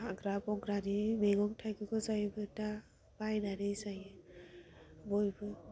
हाग्रा बंग्रानि मैगं थाइगंखौ जायोमोन दा बायनानै जायो बयबो